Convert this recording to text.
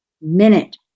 minute